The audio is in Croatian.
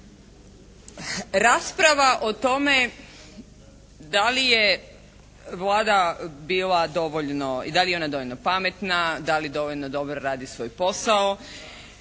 dovoljno i da li je ona dovoljno pametna, da li dovoljno dobro radi svoj posao,